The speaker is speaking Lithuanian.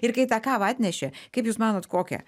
ir kai tą kavą atnešė kaip jūs manot kokią